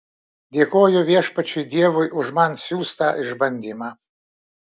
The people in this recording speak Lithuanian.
dėkoju viešpačiui dievui už man siųstą išbandymą